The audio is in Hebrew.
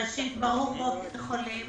ראשית, ברוך רופא חולים